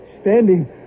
standing